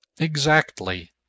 Exactly